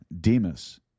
Demas